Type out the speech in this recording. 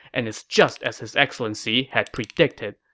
and it's just as his excellency had predicted.